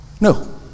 No